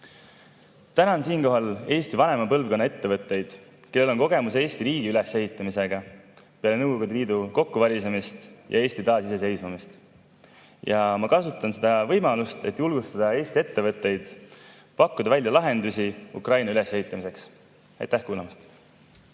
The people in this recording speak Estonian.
siinkohal Eesti vanema põlvkonna ettevõtteid, kellel on kogemus Eesti riigi ülesehitamisega peale Nõukogude Liidu kokkuvarisemist ja Eesti taasiseseisvumist. Ja ma kasutan seda võimalust, et julgustada Eesti ettevõtteid pakkuma välja lahendusi Ukraina ülesehitamiseks. Aitäh kuulamast!